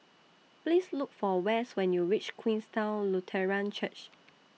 Please Look For West when YOU REACH Queenstown Lutheran Church